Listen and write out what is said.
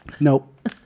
nope